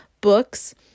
books